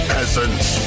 Peasants